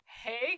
Hey